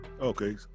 Okay